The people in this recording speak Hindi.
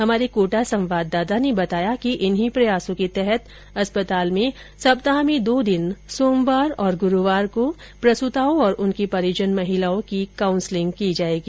हमारे कोटा संवाददाता ने बताया कि इन्ही प्रयार्सो के तहत अस्पताल में सप्ताह में दो दिन सोमवार और गुरूवार को प्रसुताओं और उनकी परिजन महिलाओं की काउंसलिंग की जायेगी